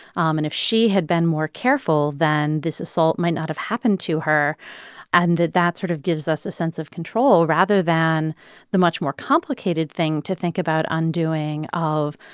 um and if she had been more careful, then this assault might not have happened to her and that that sort of gives us a sense of control, rather than the much more complicated thing to think about undoing of,